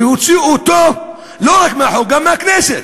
להוציא אותו לא רק מהחוק, גם מהכנסת.